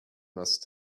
must